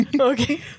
Okay